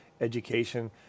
education